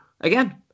again